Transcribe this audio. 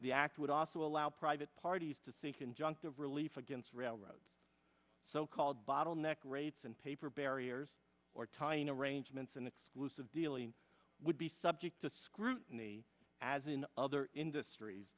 the act would also allow private parties to seek injunctive relief against railroads so called bottleneck rates and paper barriers or tying arrangements and exclusive dealing would be subject to scrutiny as in other industries